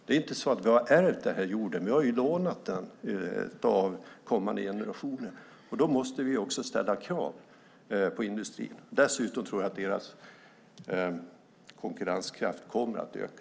Det är ju inte så att vi har ärvt den här jorden, utan vi har lånat den av kommande generationer. Således måste vi ställa krav på industrin vars konkurrenskraft jag tror kommer att öka.